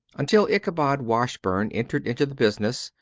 until ichabod washburn entered into the business,